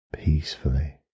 peacefully